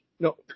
No